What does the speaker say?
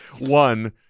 one